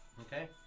Okay